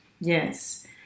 Yes